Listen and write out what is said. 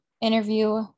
interview